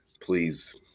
please